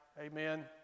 amen